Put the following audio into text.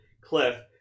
cliff